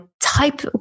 type